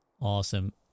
Awesome